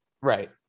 Right